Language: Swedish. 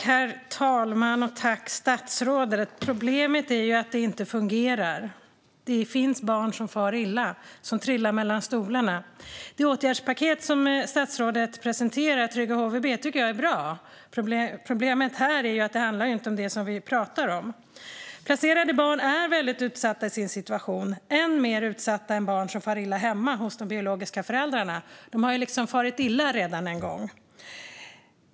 Herr talman! Tack, statsrådet! Problemet är att det inte fungerar. Det finns barn som far illa och som trillar mellan stolarna. Det åtgärdspaket som statsrådet presenterade för trygga HVB tycker jag är bra. Problemet här är att det inte handlar om det som vi talar om. Placerade barn är väldigt utsatta i sin situation - ännu mer utsatta än barn som far illa hemma hos de biologiska föräldrarna. De har redan farit illa en gång.